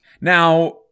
Now